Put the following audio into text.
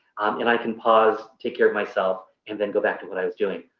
and i can pause, take care of myself, and then go back to what i was doing.